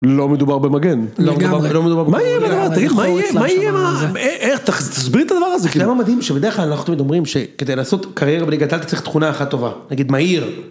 לא מדובר במגן. לגמרי מה יהיה עם הדבר הזה, תגיד מה יהיה, איך, תסביר את הדבר הזה. כי למה מדהים שבדרך כלל אנחנו מדברים שכדי לעשות קריירה בלי גדלת צריך תכונה אחת טובה, נגיד מהיר.